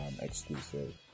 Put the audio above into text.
exclusive